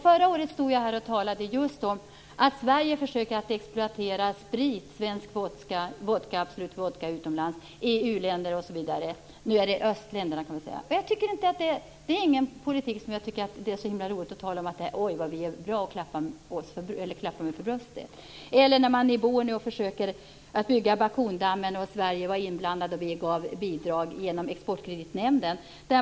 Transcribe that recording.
Förra året stod jag här i kammaren och talade om att Sverige försöker att exploatera svensk absolut vodka utomlands, i u-länder. Nu är det i östländerna. Med en sådan politik är det inte så himla roligt att säga: Oj, vad vi är bra! och klappa sig för bröstet. Det är det inte heller när man försöker bygga Bakundammen på Borneo. Där var Sverige inblandat och gav bidrag genom Exportkreditnämnden.